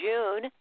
June